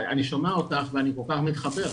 אני שומע אותך ואני כל כך מתחבר,